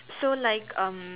so like um